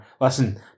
Listen